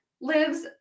lives